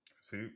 See